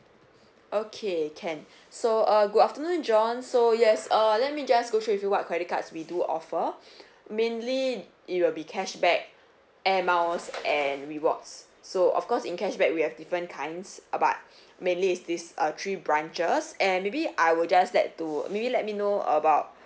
okay can so uh good afternoon john so yes err let me just go through with you what credit cards we do offer mainly it will be cashback and miles and rewards so of course in cashback we have different kinds uh but mainly is this uh tree branches and maybe I will just let to would you let me know about